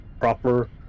proper